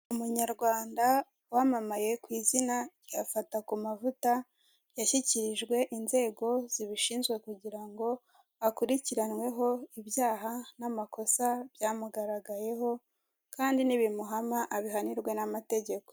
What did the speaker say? Umunyarwanda wamamaye ku izina rya Fata kumavuta yashyikirijwe inzego zibishinzwe kugira ngo akurikiranweho ibyaha n'amakosa byamugaragayeho kandi nibimuhama abihanirwe n'amategeko.